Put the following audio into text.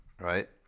right